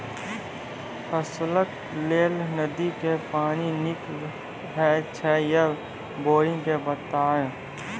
फसलक लेल नदी के पानि नीक हे छै या बोरिंग के बताऊ?